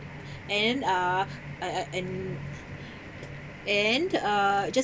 and uh uh uh and and uh just